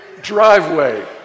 driveway